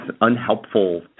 unhelpful